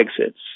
exits